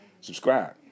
Subscribe